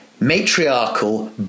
matriarchal